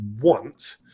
want